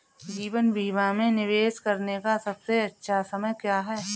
जीवन बीमा में निवेश करने का सबसे अच्छा समय क्या है?